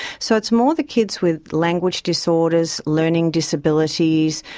so it's more the kids with language disorders, learning disabilities,